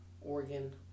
Oregon